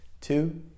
two